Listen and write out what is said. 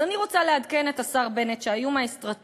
אז אני רוצה לעדכן את השר בנט שהאיום האסטרטגי